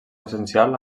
essencials